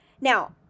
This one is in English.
Now